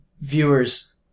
viewers